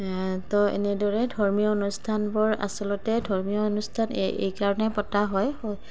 তো এনেদৰে ধৰ্মীয় অনুষ্ঠানবোৰ আচলতে ধৰ্মীয় অনুষ্ঠান এই এইকাৰণে পতা হয়